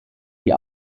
die